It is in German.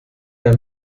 der